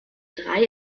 drei